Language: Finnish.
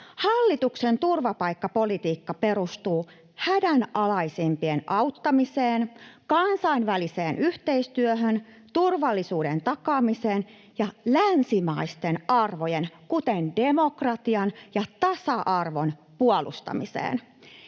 Hallituksen turvapaikkapolitiikka perustuu hädänalaisimpien auttamiseen, kansainväliseen yhteistyöhön, turvallisuuden takaamiseen ja länsimaisten arvojen, kuten demokratian ja tasa-arvon, puolustamiseen.